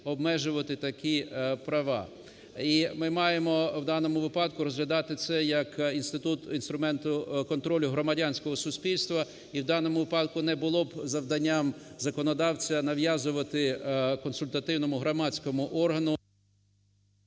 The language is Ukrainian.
обмежувати такі права. І ми маємо в даному випадку розглядати це як інструмент контролю громадянського суспільства. І в даному випадку не було б завданням законодавця нав'язувати консультативному громадському органу…